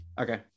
Okay